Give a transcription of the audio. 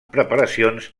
preparacions